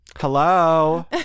hello